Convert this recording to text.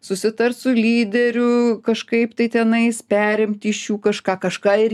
susitart su lyderiu kažkaip tai tenais perimti iš jų kažką kažką ir